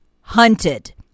hunted